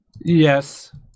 Yes